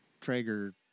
Traeger